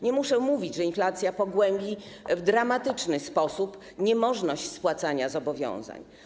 Nie muszę mówić, że inflacja pogłębi w dramatyczny sposób niemożność spłacania zobowiązań.